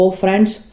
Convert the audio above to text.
friends